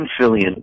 Fillion